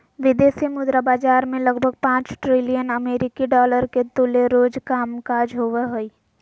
विदेशी मुद्रा बाजार मे लगभग पांच ट्रिलियन अमेरिकी डॉलर के तुल्य रोज कामकाज होवो हय